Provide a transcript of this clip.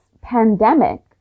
pandemic